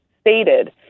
stated